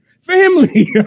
family